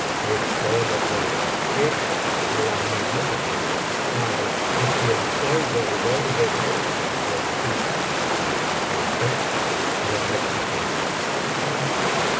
es sólo por respeto á la memoria de tu padre á quien soy deudor de mu biblioteca valenciana las mil noches y una noche olios beneficios entonces le repliqué por alab